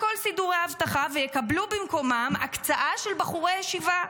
על כל סידורי האבטחה ויקבלו במקומם הקצאה של בחורי ישיבה.